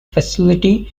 facility